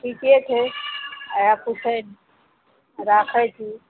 ठीके छै राखू फेर राखैत छी